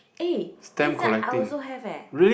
eh this one I also have eh